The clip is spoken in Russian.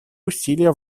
усилия